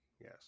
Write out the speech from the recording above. yes